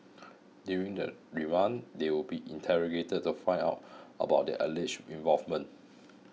during the remand they will be interrogated to find out about their alleged involvement